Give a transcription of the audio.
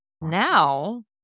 now